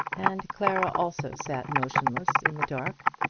and clara also sat motionless in the dark,